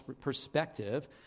perspective